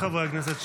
הכנסת.